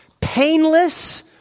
Painless